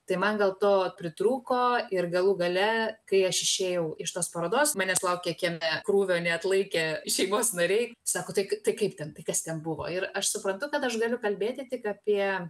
tai man gal to pritrūko ir galų gale kai aš išėjau iš tos parodos manęs laukė kieme krūvio neatlaikę šeimos nariai sako tai tai kaip ten tai kas ten buvo ir aš suprantu kad aš galiu kalbėti tik apie